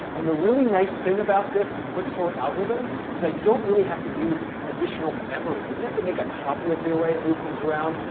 and the really nice thing about this quicksort algorithm is i don't really have to use additional memory. i didn't have to make a copy of the array to move things around,